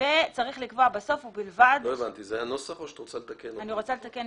יהיה כתוב